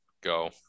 go